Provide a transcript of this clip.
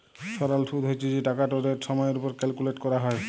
সরল সুদ্ হছে যে টাকাটর রেট সময়ের উপর ক্যালকুলেট ক্যরা হ্যয়